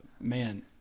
Man